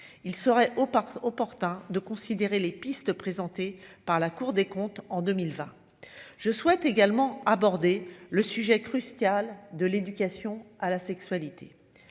au par opportun de considérer les pistes présentées par la Cour des comptes en 2020, je souhaite également aborder le sujet crucial de l'éducation à la sexualité